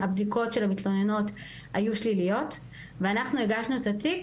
הבדיקות של המתלוננות היו שליליות ואנחנו הגשנו את התיק,